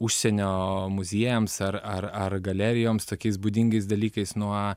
užsienio muziejams ar ar ar galerijoms tokiais būdingais dalykais nuo